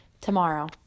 tomorrow